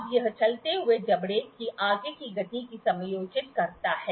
अब यह चलते हुए जबड़े की आगे की गति को समायोजित करता है